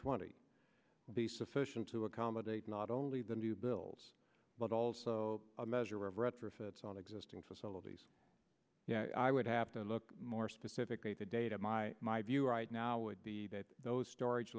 twenty be sufficient to accommodate not only the new bills but also a measure of retrofits on existing facilities i would have to look more specific data data my my view right now would be that those storage